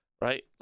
right